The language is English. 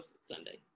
Sunday